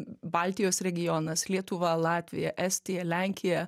baltijos regionas lietuva latvija estija lenkija